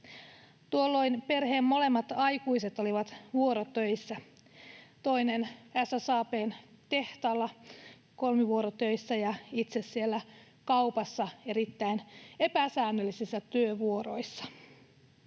Tuolloin perheen molemmat aikuiset olivat vuorotöissä — toinen SSAB:n tehtaalla kolmivuorotöissä ja itse siellä kaupassa erittäin epäsäännöllisissä työvuoroissa